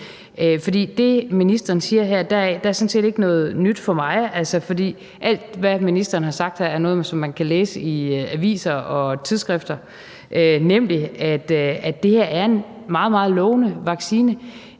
For i det, ministeren siger her, er der sådan set ikke noget nyt for mig. For alt, hvad ministeren har sagt her, er noget, som man kan læse i aviser og tidsskrifter, nemlig at det her er en meget, meget lovende vaccine,